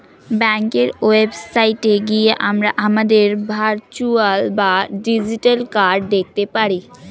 ব্যাঙ্কের ওয়েবসাইটে গিয়ে আমরা আমাদের ভার্চুয়াল বা ডিজিটাল কার্ড দেখতে পারি